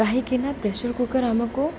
କାହିଁକିନା pressure cooker ଆମକୁ